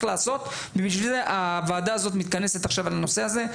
לעשות - בשביל זה הוועדה הזאת מתכנסת עכשיו על הנושא הזה,